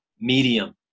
Medium